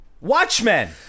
Watchmen